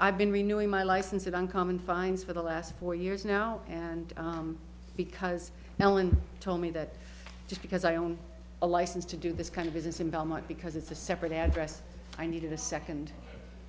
have been renewed my license of uncommon fines for the last four years now and because ellen told me that just because i own a license to do this kind of business in belmont because it's a separate address i needed a second